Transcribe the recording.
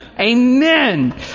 Amen